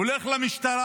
הולך למשטרה.